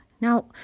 Now